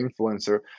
influencer